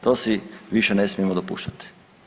To si više ne smijemo dopuštati.